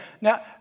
Now